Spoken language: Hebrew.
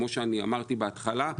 כמו שאמרתי בהתחלה,